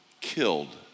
killed